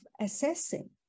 assessing